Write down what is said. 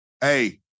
Hey